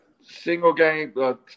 single-game